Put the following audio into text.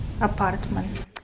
apartment